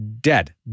Dead